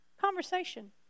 Conversation